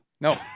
no